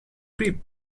grip